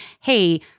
hey